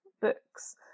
books